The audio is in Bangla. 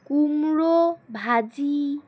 কুমড়ো ভাজি